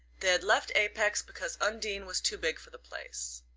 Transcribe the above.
they had left apex because undine was too big for the place.